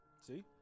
See